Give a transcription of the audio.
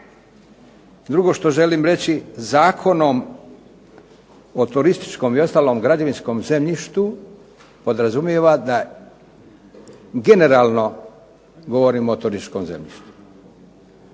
Drugo što želim reći, Zakonom o turističkom i ostalom građevinskom zemljištu podrazumijeva da generalno govorimo o turističkom zemljištu